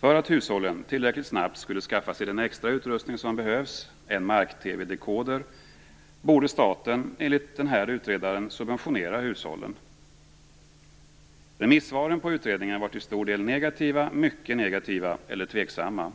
För att hushållen tillräckligt snabbt skulle skaffa sig den extra utrustning som behövs, en mark TV-dekoder, borde staten enligt utredaren subventionera hushållen. Remissvaren på utredningen var till stor del negativa, mycket negativa eller tveksamma.